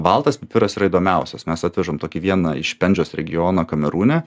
baltas pipiras yra įdomiausias mes atvežam tokį vieną iš pendžios regiono kamerūne